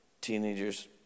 teenagers